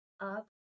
up